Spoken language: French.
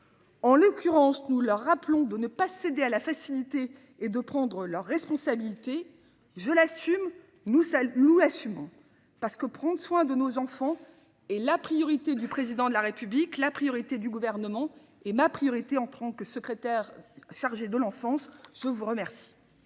En l'occurrence, nous leur rappelons de ne pas céder à la facilité et de prendre leurs responsabilité je l'assume, nous ça nous assumons parce que prendre soin de nos enfants et la priorité du président de la République. La priorité du gouvernement est ma priorité entrant que secrétaire chargé de l'enfance. Je vous remercie.